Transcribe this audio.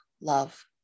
love